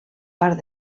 part